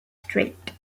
strait